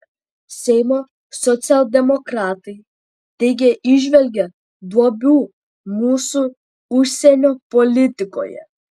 seimo socialdemokratai teigia įžvelgią duobių mūsų užsienio politikoje